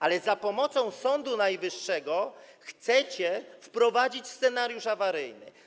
Ale za pomocą Sądu Najwyższego chcecie wprowadzić scenariusz awaryjny.